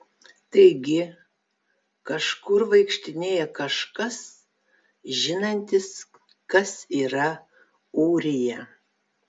taigi kažkur vaikštinėjo kažkas žinantis kas yra ūrija